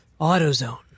Autozone